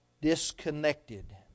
disconnected